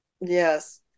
yes